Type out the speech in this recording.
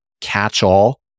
catch-all